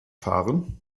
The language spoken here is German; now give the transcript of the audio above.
fahren